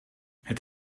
het